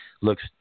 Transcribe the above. looks